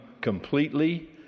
completely